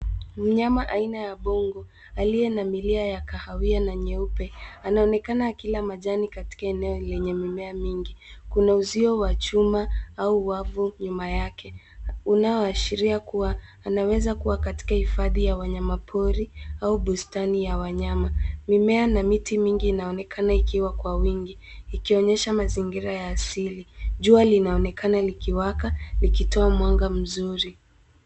Mnyama aina ya mbogo aliye na milia ya kahawia na yeupe anaonekana akila majani katika eneo lenye mimea mingi. Kuna uzio wachuma au wavu nyuma yake. Unaoashiria kuwa anaweza kuwa katika hiifadhi ya wanyama pori au bustani ya wanyama. Mimea na miti mingi inaonekana ikiwa kwa wingi ikionyesha mazingira ya asili. Jua linaonekana likiwaka, likitoa mwanga mzuri.